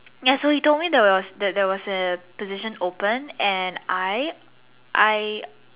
yes so you told me there was that there was a position open and I I